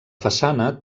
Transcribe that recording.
façana